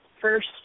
first